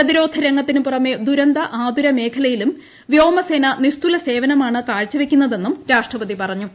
പ്രതിരോധ രംഗത്തിന് പുറമെ ദുരന്ത ആതുര മേഖലയിലും വ്യോമസേന നിസ്തുല സേവനമാണ് കാഴ്ചവെയ്ക്കുന്നതെന്നും രാഷ്ട്രപതി പറഞ്ഞു